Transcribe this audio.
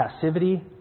passivity